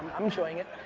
i'm enjoying it.